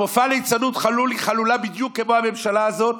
מופע הליצנות החלול הוא חלול בדיוק כמו הממשלה הזאת